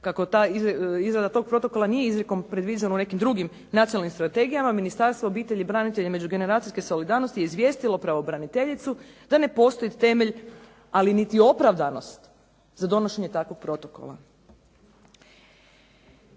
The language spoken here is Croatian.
kako izrada tog protokola nije izrijekom predviđena u nekim drugim nacionalnim strategijama, Ministarstvo obitelji, branitelja i međugeneracijske solidarnosti je izvijesti pravobraniteljicu da ne postoji temelj, ali niti opravdanost za donošenje takvog protokola.